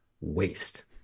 waste